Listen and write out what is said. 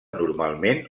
normalment